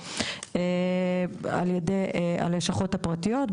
על ידי הלשכות הפרטיות.